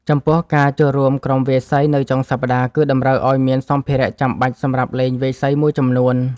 ចំពោះការចូលរួមក្រុមវាយសីនៅចុងសប្តាហ៍ គឺតម្រូវឲ្យមានសម្ភារៈចាំបាច់សម្រាប់លេងវាយសីមួយចំនួន។